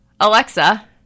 Alexa